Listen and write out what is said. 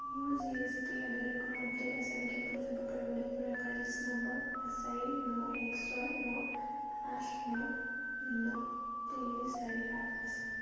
মোৰ G S T আবেদনত কোনো আপডেট আছে নেকি আপুনি চাব পাৰিবনে মোৰ ৰেফাৰেন্স নম্বৰ পাঁচ চাৰি ন এক ছয় ন আঠ ন শূন্য তিনি চাৰি সাত আছে